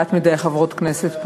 מעט מדי חברות כנסת פה.